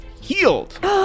healed